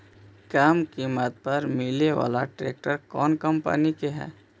कम किमत पर मिले बाला ट्रैक्टर कौन कंपनी के है?